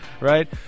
right